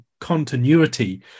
continuity